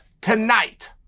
tonight